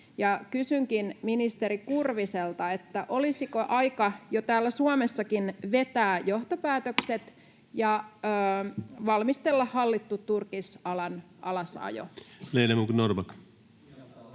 kysynkin ministeri Kurviselta: olisiko aika jo täällä Suomessakin vetää johtopäätökset ja valmistella hallittu turkisalan alasajo?